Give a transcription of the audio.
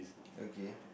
okay